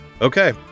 Okay